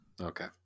Okay